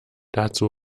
dazu